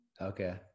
okay